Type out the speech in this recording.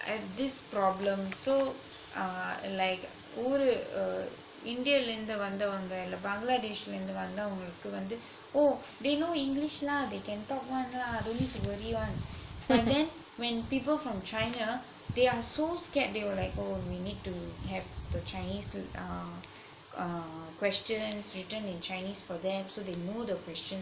I've this problem so like ஒரு:oru india lah இருந்து வந்தவுங்க இல்ல:irunthu vanthavunga illa bangladesh lah இருந்து வந்தவுங்கலுக்கு வந்து:irunthu vanthavungalukku vanthu oh they know english lah they can talk one lah don't need to worry one but when people from china they are so scared oh we need to have the chinese ugh ugh questions written in chinese for them so that they know the questions